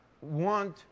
want